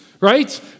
right